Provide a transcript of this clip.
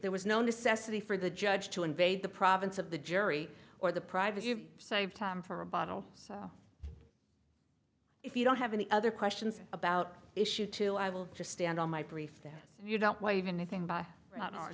there was no necessity for the judge to invade the province of the jury or the private you save time for a bottle so if you don't have any other questions about issue two i will just stand on my brief that you don't want even a thing by joint or th